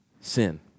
sin